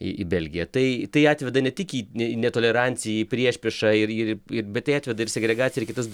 į į belgiją tai tai atveda ne tik į ne netoleranciją į priešpriešą ir ir ir bet tai atveda ir segregaciją ir kitas